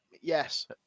Yes